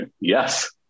yes